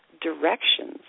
directions